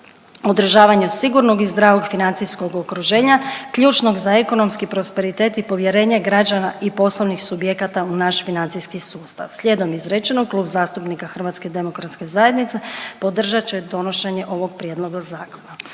održavanju sigurnog i zdravog financijskog okruženja ključnog za ekonomski prosperitet i povjerenje građana i poslovnih subjekata u naš financijski sustav. Slijedom izrečenog Klub zastupnika HDZ-a podržat će donošenje ovog prijedloga zakona.